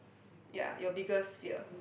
ya your biggest fear